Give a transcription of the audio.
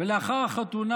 ולאחר החתונה,